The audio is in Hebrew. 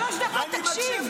שלוש דקות תקשיב.